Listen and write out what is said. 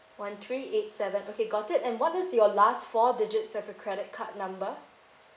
one three eight seven okay got it and what is your last four digits of the credit card number